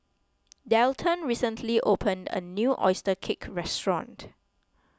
Dalton recently opened a new Oyster Cake restaurant